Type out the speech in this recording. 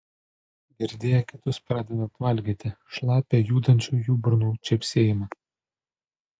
girdėjo kitus pradedant valgyti šlapią judančių jų burnų čepsėjimą